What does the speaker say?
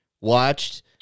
watched